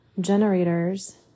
generators